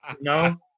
No